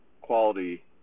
quality